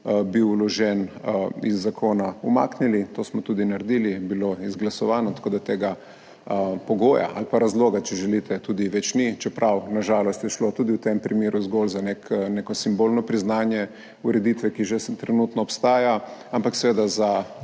vložen, iz zakona umaknili. To smo tudi naredili, bilo je izglasovano, tako da tega pogoja ali pa razloga, če želite, ni več, čeprav je na žalost šlo v tem primeru zgolj za neko simbolno priznanje ureditve, ki trenutno že obstaja, ampak seveda za